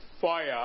fire